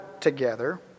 together